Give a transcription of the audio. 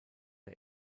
der